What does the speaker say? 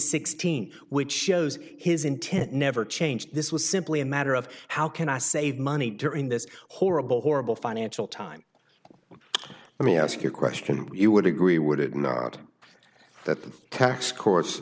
sixteen which shows his intent never changed this was simply a matter of how can i save money during this horrible horrible financial time let me ask you a question you would agree would it not that the tax course